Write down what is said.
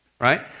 Right